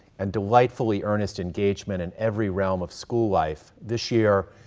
and delightfully earnest engagement in every realm of school life, this year,